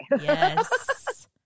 Yes